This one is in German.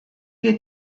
wir